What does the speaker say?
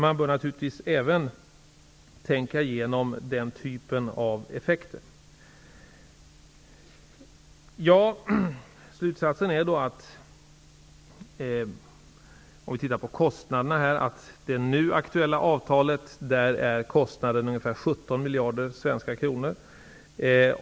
Man bör naturligtvis även tänka på sådana effekter. Kostnaden i det nu aktuella avtalet är ungefär 17 miljarder svenska kronor.